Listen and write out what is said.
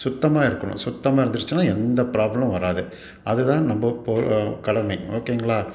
சுத்தமாக இருக்கணும் சுத்தமாக இருந்துருச்சுனா எந்த ப்ராப்ளம் வராது அது தான் நம்ம பொ கடமை ஓகேங்களா